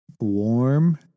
Warm